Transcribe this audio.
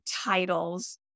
titles